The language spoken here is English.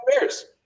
Bears